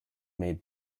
made